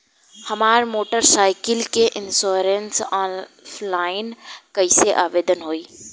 हमार motorcycle के insurance online कईसे आवेदन होई?